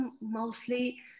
mostly